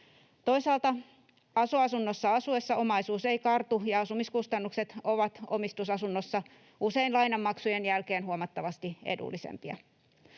Toisaalta aso-asunnossa asuttaessa omaisuus ei kartu, ja asumiskustannukset ovat omistusasunnossa usein lainanmaksujen jälkeen huomattavasti edullisempia.